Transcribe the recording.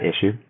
issue